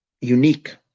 unique